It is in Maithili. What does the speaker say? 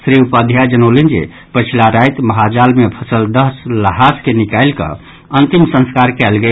श्री उपाध्याय जनौलनि जे पछिला राति महाजाल मे फंसल दस ल्हास के निकालि कऽ अंतिम संस्कार कयल गेल